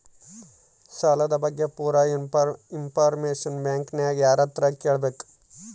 ಸಾಲದ ಬಗ್ಗೆ ಪೂರ ಇಂಫಾರ್ಮೇಷನ ಬ್ಯಾಂಕಿನ್ಯಾಗ ಯಾರತ್ರ ಕೇಳಬೇಕು?